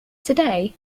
today